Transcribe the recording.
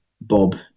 bob